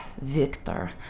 Victor